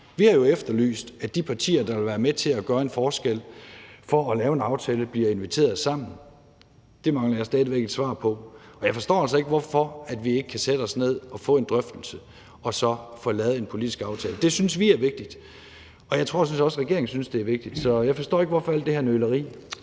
Vi har jo efterlyst, at de partier, der vil være med til at gøre en forskel og lave en aftale, bliver inviteret sammen. Det mangler jeg stadig væk et svar på. Og jeg forstår altså ikke, hvorfor vi ikke kan sætte os ned og få en drøftelse og så få lavet en politisk aftale. Det synes vi er vigtigt, og jeg tror sådan set også, at regeringen synes, det er vigtigt. Så jeg forstår ikke, hvorfor der er alt det her nøleri.